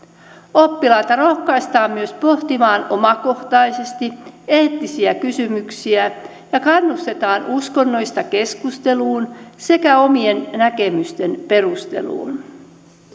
oppilaita rohkaistaan myös pohtimaan omakohtaisesti eettisiä kysymyksiä ja kannustetaan uskonnoista keskusteluun sekä omien näkemysten perusteluun